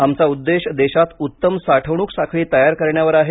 आमचा उद्देश देशात उत्तम साठवणूक साखळी तयार करण्यावर आहे